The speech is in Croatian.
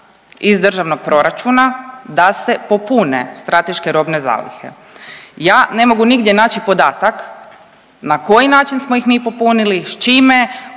iz državnog proračuna da se popune strateške robne zalihe. Ja ne mogu nigdje naći podatak na koji način smo ih mi popunili, s čime,